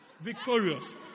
Victorious